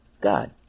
God